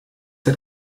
hat